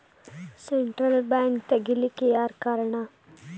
Central bank ತಗಿಲಿಕ್ಕೆಯಾರ್ ಕಾರಣಾ?